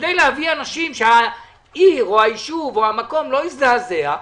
כדי להביא אנשים שהעיר או היישוב או המקום לא יזדעזע,